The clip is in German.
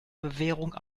bewährung